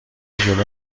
جلو